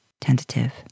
tentative